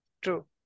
True